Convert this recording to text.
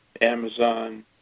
Amazon